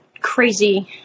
crazy